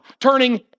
turning